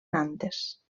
nantes